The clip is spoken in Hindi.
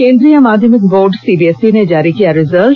केंद्रीय माध्यमिक बोर्ड सीबीएसई ने जारी किया रिजल्ट